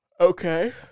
Okay